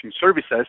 services